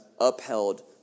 upheld